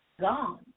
gone